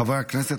חברי הכנסת,